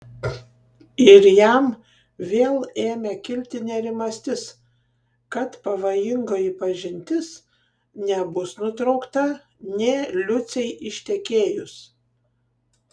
ir jam vėl ėmė kilti nerimastis kad pavojingoji pažintis nebus nutraukta nė liucei ištekėjus